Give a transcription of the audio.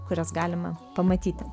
kurias galime pamatyti